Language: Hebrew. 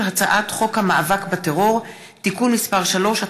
הצעת חוק המאבק בטרור (תיקון מס' 3),